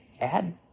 add